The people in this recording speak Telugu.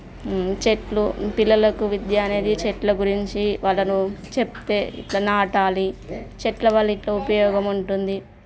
చెట్లు పిల్లలకు విద్య అనేది చెట్ల గురించి వాళ్ళను చెప్తే ఇట్లా నాటాలి చెట్ల వల్ల ఇట్ల ఉపయోగముంటుంది